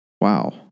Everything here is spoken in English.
Wow